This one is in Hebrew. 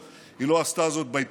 היא לא עשתה זאת בימי אוסלו,